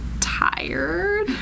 tired